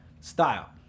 style